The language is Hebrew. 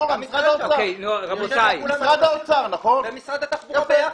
משרד האוצר ומשרד התחבורה ביחד.